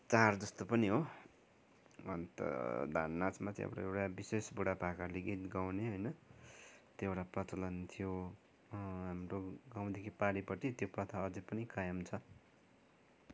चाड जस्तो पनि हो अन्त धान नाचमा चाहिँ हाम्रो एउटा विशेष बुढा पाकाले गीत गाउने होइन त्यो एउटा प्रचलन थियो हाम्रो गाउँदेखि पारीपट्टि त्यो प्रथा अझै पनि कायम छ